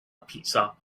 pizza